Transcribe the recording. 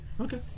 Okay